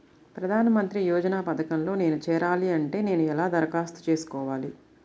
ప్రధాన మంత్రి యోజన పథకంలో నేను చేరాలి అంటే నేను ఎలా దరఖాస్తు చేసుకోవాలి?